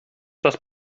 das